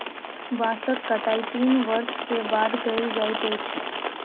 बांसक कटाई तीन वर्ष के बाद कयल जाइत अछि